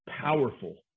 powerful